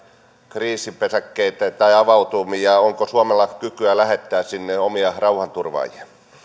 kriisipesäkkeitä ja onko suomella kykyä lähettää sinne omia rauhanturvaajia